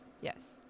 yes